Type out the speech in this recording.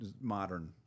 modern